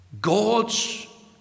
God's